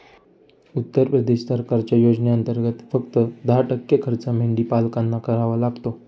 उत्तर प्रदेश सरकारच्या योजनेंतर्गत, फक्त दहा टक्के खर्च मेंढीपालकांना करावा लागतो